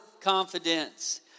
confidence